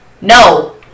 no